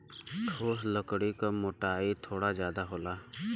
ठोस लकड़ी क मोटाई थोड़ा जादा होला